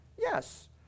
Yes